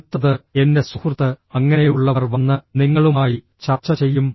അടുത്തത് എൻറെ സുഹൃത്ത് അങ്ങനെയുള്ളവർ വന്ന് നിങ്ങളുമായി ചർച്ച ചെയ്യും